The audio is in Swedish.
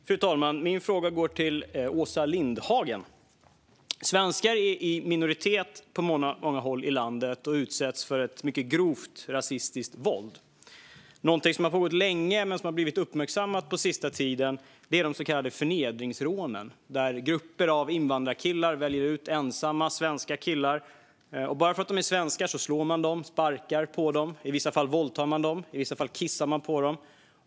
Fru talman! Min fråga går till Åsa Lindhagen. Svenskar är i minoritet på många håll i landet och utsätts för ett mycket grovt rasistiskt våld. Något som har pågått länge men som har blivit uppmärksammat den senaste tiden är de så kallade förnedringsrånen, där grupper av invandrarkillar väljer ut ensamma svenska killar. Bara för att de är svenskar slår man dem och sparkar på dem. I vissa fall våldtar man dem, och i vissa fall kissar man på dem.